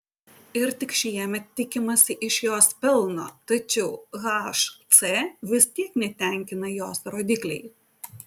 ir tik šiemet tikimasi iš jos pelno tačiau hc vis tiek netenkina jos rodikliai